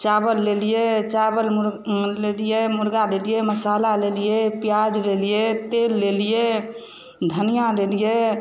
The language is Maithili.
चावल लेलिए चावल लेलिए मुर्गा लेलिए मसाला लेलिए पियाज लेलिए तेल लेलिए धनिया लेलिए